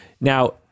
Now